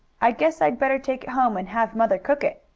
i guess i'd better take it home and have mother cook it,